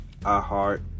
iHeart